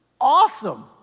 Awesome